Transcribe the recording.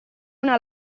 una